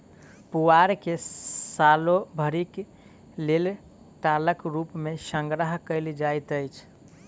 पुआर के सालो भरिक लेल टालक रूप मे संग्रह कयल जाइत अछि